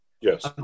Yes